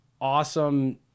awesome